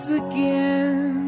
again